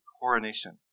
coronation